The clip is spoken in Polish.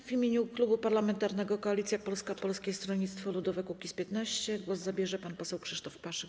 W imieniu Klubu Parlamentarnego Koalicja Polska - Polskie Stronnictwo Ludowe - Kukiz15 głos zabierze pan poseł Krzysztof Paszyk.